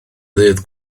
ddydd